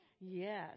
Yes